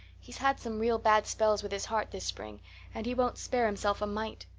he's had some real bad spells with his heart this spring and he won't spare himself a mite.